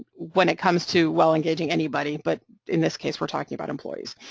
when it comes to, well, engaging anybody, but in this case we're talking about employees.